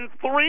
three